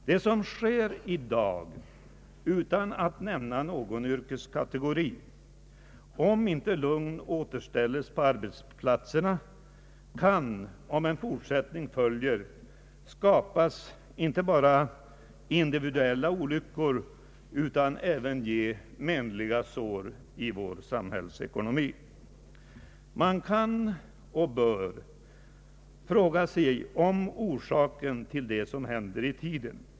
Men jag vill framhålla att det som sker i dag kan, om inte lugn återställes på arbetsplatserna och om en fortsättning följer, skapa inte bara individuella olyckor utan även ge menliga sår i vår samhällsekonomi. Man kan och bör fråga sig om orsaken till strejkerna ligger i tiden.